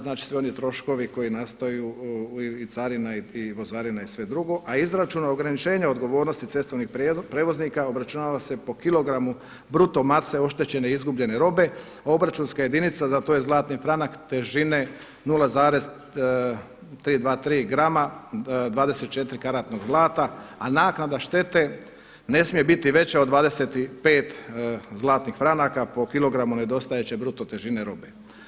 Znači svi oni troškovi koji nastaju i carina i vozarina i sve drugo, a izračun ograničenje odgovornosti cestovnih prijevoznika obračunava se po kilogramu bruto mase oštećene i izgubljene robe, a obračunska jedinica za to je zlatni franak težine 0,323 grama 24 karatnog zlata, a naknada štete ne smije biti veća od 25 zlatnih franaka po kilogramu nedostajuće bruto težine robe.